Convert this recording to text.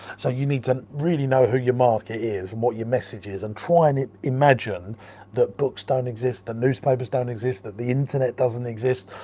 so you need to really know who your market is and what your message is and try and imagine that books don't exist, the newspapers don't exist. that the internet doesn't exist,